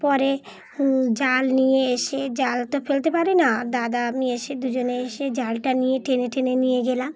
পরে জাল নিয়ে এসে জাল তো ফেলতে পারি না দাদা আমি এসে দুজনে এসে জালটা নিয়ে টেনে টেনে নিয়ে গেলাম